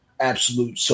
Absolute